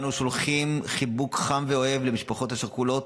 ואנו שולחים חיבוק חם ואוהב למשפחות השכולות.